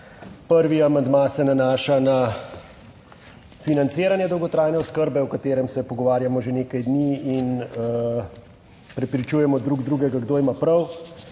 Prvi amandma se nanaša na financiranje dolgotrajne oskrbe, o katerem se pogovarjamo že nekaj dni in prepričujemo drug drugega, kdo ima prav,